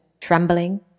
trembling